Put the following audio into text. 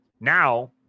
now